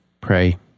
pray